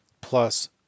plus